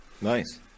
Nice